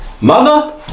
Mother